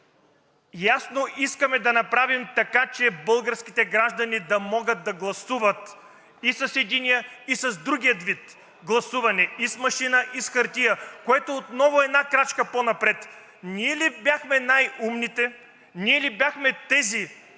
Ясно искаме да направим така, че българските граждани да могат да гласуват и с единия, и с другия вид гласуване – и с машина, и с хартия, което отново е една крачка по-напред. Ние ли бяхме най-умните, ние ли бяхме тези,